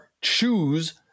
Choose